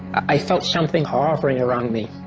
i felt something hovering around me.